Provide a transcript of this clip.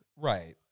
Right